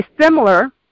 similar